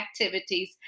activities